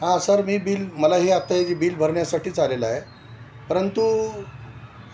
हां सर मी बिल मलाही आत्ता याचं बिल भरण्यासाठीच आलेलो आहे परंतु